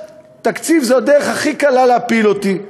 תקציב זה הדרך הכי קלה להפיל אותי,